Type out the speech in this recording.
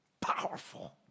Powerful